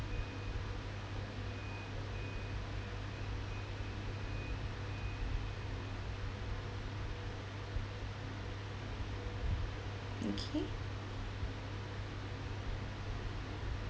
okay